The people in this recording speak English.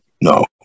no